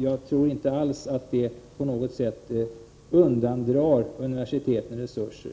Jag tror inte alls att det på något sätt undandrar universiteten resurser.